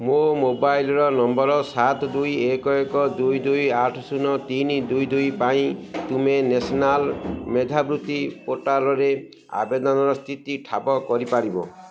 ମୋ ମୋବାଇଲର ନମ୍ବର ସାତ ଦୁଇ ଏକ ଏକ ଦୁଇ ଦୁଇ ଆଠ ଶୂନ ତିନି ଦୁଇ ଦୁଇ ପାଇଁ ତୁମେ ନ୍ୟାସନାଲ୍ ମେଧାବୃତ୍ତି ପୋର୍ଟାଲ୍ରେ ଆବେଦନର ସ୍ଥିତି ଠାବ କରିପାରିବ